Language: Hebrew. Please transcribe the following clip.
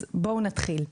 בואו נתחיל.